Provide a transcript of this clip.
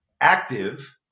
active